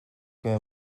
que